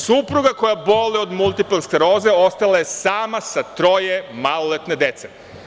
Supruga koja boluje od multipla skleroze ostala je sama sa troje maloletne dece.